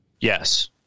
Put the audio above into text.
Yes